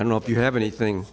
i don't know if you have anything